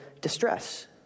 distress